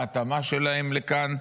בהתאמה שלהם לכאן,